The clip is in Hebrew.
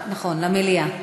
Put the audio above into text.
למליאה.